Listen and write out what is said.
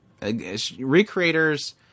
Recreators